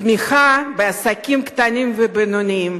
תמיכה בעסקים קטנים ובינוניים.